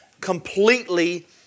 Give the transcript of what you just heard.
completely